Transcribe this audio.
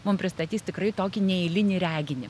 mum pristatys tikrai tokį neeilinį reginį